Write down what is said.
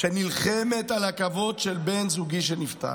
שנלחמת על הכבוד של בן זוגה שנפטר.